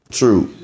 true